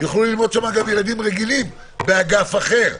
יכלו ללמוד שם גם ילדים רגילים באגף אחר,